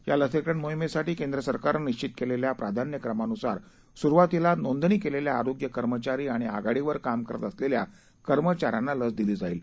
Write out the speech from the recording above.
या लसीकरण मोहिमेसाठी केंद्र सरकारनं निश्चित केलेल्या प्राधान्यक्रमानुसार सुरुवातीला नोंदणी केलेल्या आरोग्य कर्मचारी आणि आघाडीवर काम करत असलेल्या कर्मचाऱ्यांना लस दिली जाईल